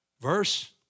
Verse